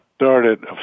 started